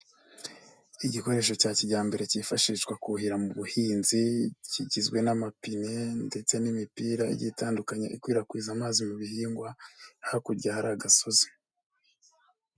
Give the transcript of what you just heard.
Igikoresho cya kijyambere cyifashishwa kuhira mu buhinzi kigizwe n'amapine ndetse n'imipira igiye itandukanye ikwirakwiza amazi mu bihingwa hakurya hari agasozi.